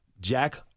Jack